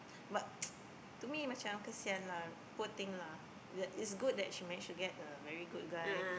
but to me macam kesian lah poor thing lah is that is good that she manage to get a very good guy